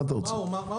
מה הוא אמר?